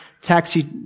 taxi